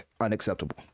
unacceptable